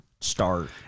start